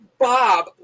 Bob